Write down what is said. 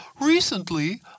Recently